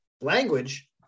language